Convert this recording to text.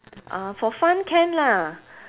uh for fun can lah